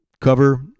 cover